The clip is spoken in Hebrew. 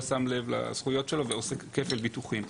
שם לב לזכויות שלו ועושה כפל ביטוחים,